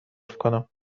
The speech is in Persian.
کنم